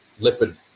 lipid